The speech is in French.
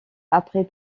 après